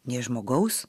nė žmogaus